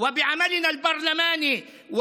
אנו גאים בהישג שלנו ובפעילות הפרלמנטרית שלנו,